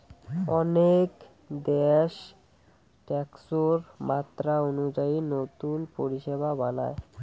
অনেক দ্যাশ ট্যাক্সের মাত্রা অনুযায়ী নতুন পরিষেবা বানায়